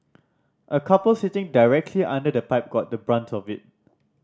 a couple sitting directly under the pipe got the brunt of it